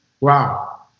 Wow